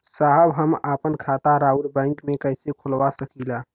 साहब हम आपन खाता राउर बैंक में कैसे खोलवा सकीला?